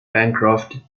bancroft